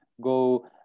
go